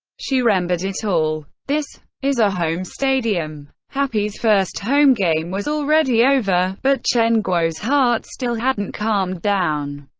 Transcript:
she remembered it all. this. is our home stadium? happy's first home game was already over, but chen guo's heart still hadn't calmed down.